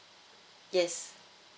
yes